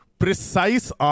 Precise